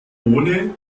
ohne